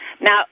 Now